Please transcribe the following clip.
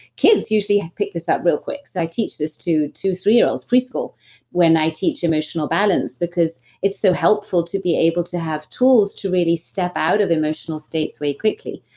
kids usually pick this up real quick. so, i teach this to two, threeyear-olds, preschool when i teach emotional balance, because it's so helpful to be able to have tools to really step out of emotional states really quickly.